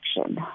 action